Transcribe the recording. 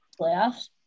playoffs